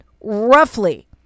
roughly